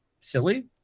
silly